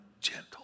gentle